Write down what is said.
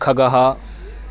खगः